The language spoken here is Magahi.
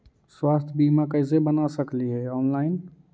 स्वास्थ्य बीमा कैसे बना सकली हे ऑनलाइन?